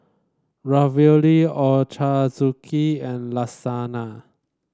Ravioli Ochazuke and Lasagna